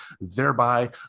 thereby